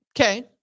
Okay